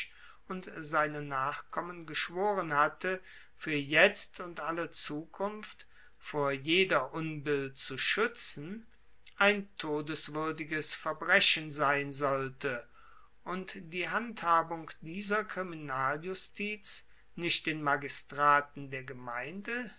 und seine nachkommen geschworen hatte fuer jetzt und alle zukunft vor jeder unbill zu schuetzen ein todeswuerdiges verbrechen sein sollte und die handhabung dieser kriminaljustiz nicht den magistraten der gemeinde